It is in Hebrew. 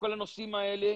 אקום באמצע הלילה,